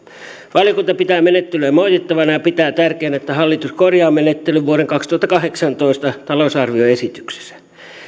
valiokunta pitää menettelyä moitittavana ja pitää tärkeänä että hallitus korjaa menettelyn vuoden kaksituhattakahdeksantoista talousarvioesityksessä